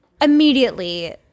immediately